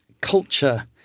culture